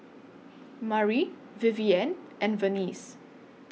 Mari Vivienne and Venice